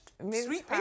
sweet